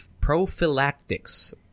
prophylactics